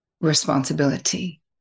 responsibility